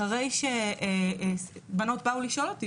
אחרי שבנות באו לשאול אותי,